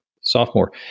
sophomore